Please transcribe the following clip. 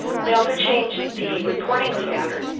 we also changed the reporting standard.